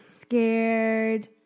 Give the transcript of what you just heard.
scared